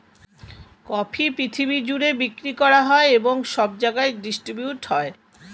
coffee পৃথিবী জুড়ে বিক্রি করা হয় এবং সব জায়গায় ডিস্ট্রিবিউট হয়